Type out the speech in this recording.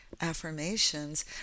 affirmations